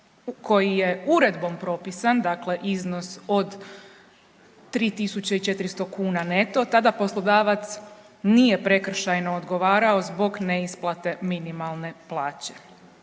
koji je uredbom propisan, dakle iznos od 3.400 neto, tada poslodavac nije prekršajno odgovarao zbog neisplate minimalne plaće.